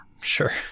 Sure